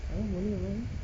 oh boleh